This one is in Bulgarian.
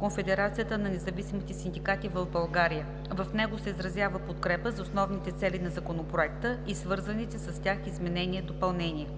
Конфедерацията на независимите синдикати в България. В него се изразява подкрепа за основните цели на Законопроекта и свързаните с тях изменения и допълнения.